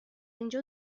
اینجا